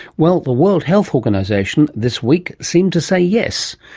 well, the world health organisation this week seemed to say yes.